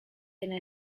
dena